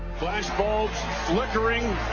flashbulbs flickering